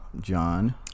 John